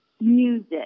music